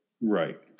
Right